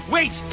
Wait